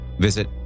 visit